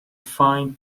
fine